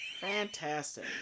Fantastic